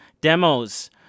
demos